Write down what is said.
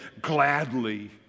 Gladly